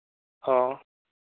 हाँ